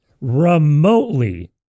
remotely